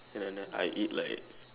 and then I eat like